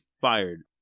fired